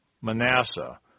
Manasseh